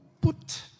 put